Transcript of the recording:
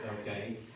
okay